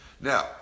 Now